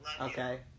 Okay